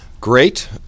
Great